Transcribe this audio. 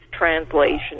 Translation